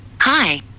Hi